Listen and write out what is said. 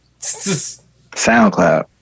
SoundCloud